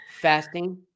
Fasting